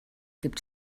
gibt